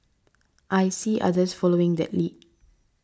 I see others following that lead